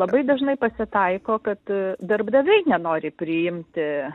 labai dažnai pasitaiko kad darbdaviai nenori priimti